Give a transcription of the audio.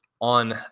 on